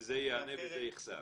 שזה ייהנה וזה יחסר.